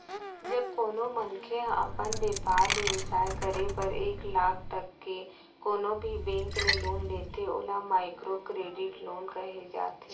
जब कोनो मनखे ह अपन बेपार बेवसाय करे बर एक लाख तक के कोनो भी बेंक ले लोन लेथे ओला माइक्रो करेडिट लोन कहे जाथे